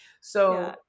So-